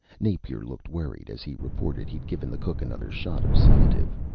napier looked worried as he reported he'd given the cook another shot of sedative.